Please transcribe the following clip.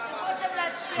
יכולתם להצביע בעד.